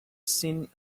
seen